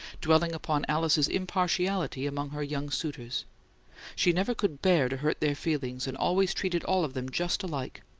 dwelling upon alice's impartiality among her young suitors she never could bear to hurt their feelings, and always treated all of them just alike.